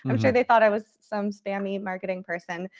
i'm sure they thought i was some spammy marketing person.